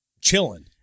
chilling